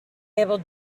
able